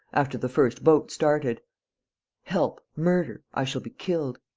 after the first boat started help. murder. i shall be killed!